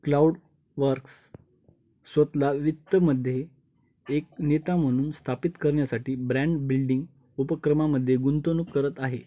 CloudWorks स्वतःला वित्तमध्ये एक नेता म्हणून स्थापित करण्यासाठी ब्रँड बिल्डिंग उपक्रमांमध्ये गुंतवणूक करत आहे